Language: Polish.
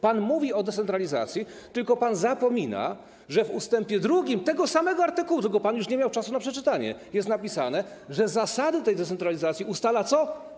Pan mówi o decentralizacji, ale pan zapomina, że w ust. 2 tego samego artykułu, tylko pan już nie miał czasu na jego przeczytanie, jest napisane, że zasady tej decentralizacji ustala co?